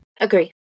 Agree